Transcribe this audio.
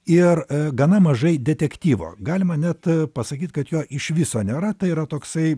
ir gana mažai detektyvo galima net pasakyt kad jo iš viso nėra tai yra toksai